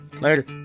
Later